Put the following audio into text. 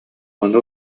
ону